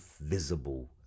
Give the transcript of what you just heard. visible